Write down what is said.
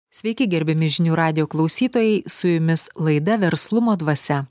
sveiki gerbiami žinių radijo klausytojai su jumis laida verslumo dvasia